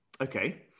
Okay